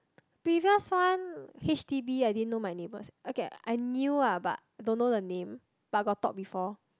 previous one H_D_B I didn't know my neighbours okay ah I knew ah but don't know the name but got talk before